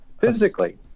physically